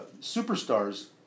superstars